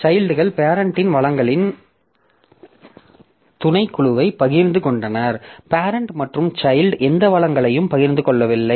சைல்ட்கள் பேரெண்ட்டின் வளங்களின் துணைக்குழுவைப் பகிர்ந்து கொண்டனர் பேரெண்ட் மற்றும் சைல்ட் எந்த வளங்களையும் பகிர்ந்து கொள்ளவில்லை